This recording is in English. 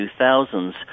2000s